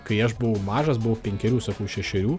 kai aš buvau mažas buvau penkerių šešerių